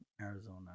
Arizona